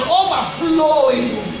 overflowing